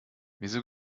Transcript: wieso